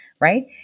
right